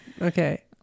Okay